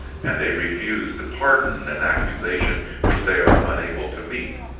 and they refuse to pardon an accusation which they are unable to meet.